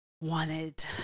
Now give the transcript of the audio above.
wanted